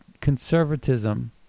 conservatism